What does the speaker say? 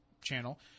channel